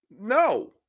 No